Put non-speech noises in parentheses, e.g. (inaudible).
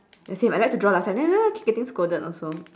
ya same I like to draw last time (noise) keep getting scolded also